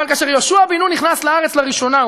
אבל כאשר יהושע בן נון נכנס לארץ לראשונה,